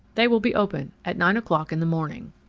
they will be open at nine o'clock in the morning.